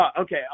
okay